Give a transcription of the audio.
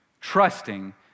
trusting